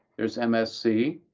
there's msc,